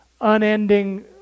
unending